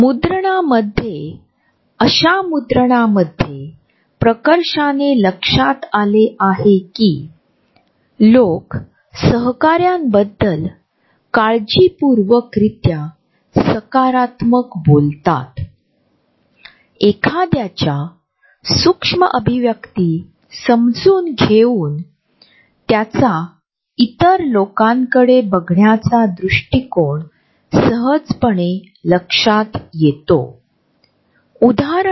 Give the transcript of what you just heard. घरे बांधणे तसेच घराच्या आतची व्यवस्था अशाच प्रकारे आपण इमारतींच्या बांधकामाच्या सहाय्याने आणि आतील सजावटीच्या सहाय्याने कार्यालयाची जागा तयार करूतर घरे कार्यालये इमारती शहर नियोजन तसेच शहरी नूतनीकरणातील जागांचे आयोजन ही सूक्ष्म जागेची एक नकळत रचना आहे आणि ही जागा एडवर्ड टी हॉलने संस्कृतीचे विशेष वर्णन म्हणून मानली आहे